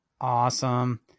Awesome